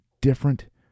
different